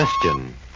Question